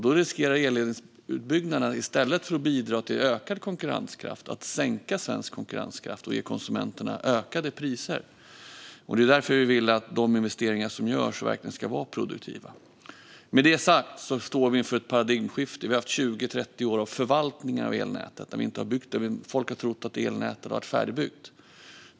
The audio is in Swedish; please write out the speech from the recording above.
Då riskerar elledningsutbyggnaden att i stället för att bidra till ökad konkurrenskraft sänka svensk konkurrenskraft och ge konsumenterna höjda priser. Det är därför vi vill att de investeringar som görs verkligen ska vara produktiva. Med det sagt står vi inför ett paradigmskifte. Vi har haft 20-30 år av förvaltning av elnätet där vi inte har byggt. Folk har trott att elnätet har varit färdigbyggt.